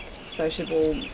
sociable